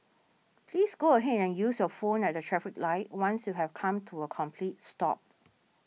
please go ahead and use your phone at the traffic light once you have come to a complete stop